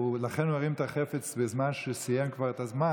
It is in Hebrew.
לכן הוא הרים את החפץ בזמן שהוא סיים כבר את הזמן.